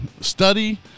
study